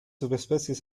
subespecies